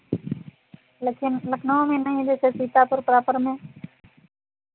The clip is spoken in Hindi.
लेकिन लखनऊ में नहीं जैसे सीतापुर प्रॉपर में